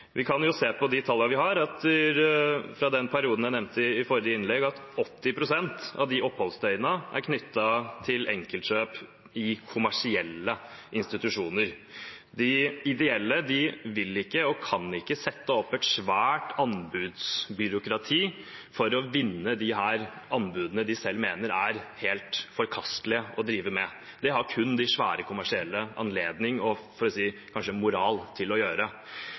Vi kan se av tallene vi har fra perioden jeg nevnte i forrige innlegg, at 80 pst. av oppholdsdøgnene er knyttet til enkeltkjøp i kommersielle institusjoner. De ideelle vil ikke og kan ikke sette opp et svært anbudsbyråkrati for å vinne disse anbudene de selv mener det er helt forkastelig å drive med. Det har kun de svære kommersielle anledning og kanskje moral til å gjøre.